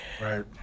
Right